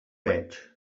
veig